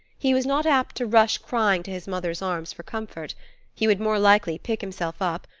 he was not apt to rush crying to his mother's arms for comfort he would more likely pick himself up,